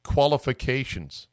qualifications